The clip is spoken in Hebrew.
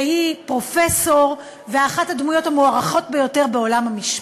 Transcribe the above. שהיא פרופסור ואחת הדמויות המוערכות ביותר בעולם המשפט.